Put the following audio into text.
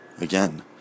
...again